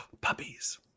Puppies